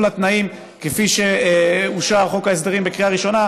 התנאים כפי שאושר חוק ההסדרים בקריאה ראשונה,